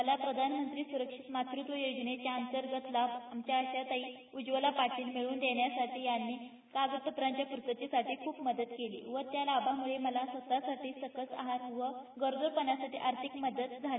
मला प्रधानमंत्री सुरक्षित मातृत्व योजनेच्या अंतर्गत आमच्या आशाताई उज्ज्वला पाटील यांनी कागदपत्राच्या पुर्ततेसाठी खूप मदत केली व त्या लाभामुळे मला स्वतःसाठी सकस आहार व गरोदरपणासाठी आर्थिक मदत झाली